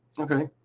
okay.